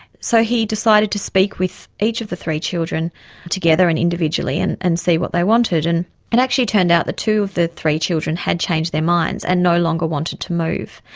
so he decided to speak with each of the three children together and individually and and see what they wanted, and it actually turned out that two of the three children had changed their minds and no longer wanted to move,